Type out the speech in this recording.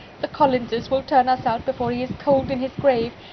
the collinses will turn us out before he is cold in his grave,